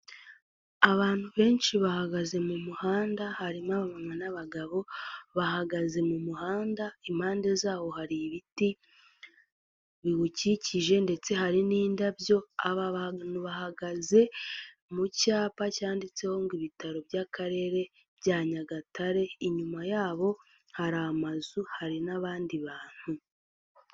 Abantu benshi bahagaze mu muhanda harimo aba mama n'abagabo bahagaze mu muhanda impande zawo hari ibiti biwukikije ndetse hari n'indabyo. Aba bantu bahagaze mu cyapa cyanditseho ngo ibitaro by'Akarere bya Nyagatare, inyuma yabo hari amazu hari n'abandi bantu.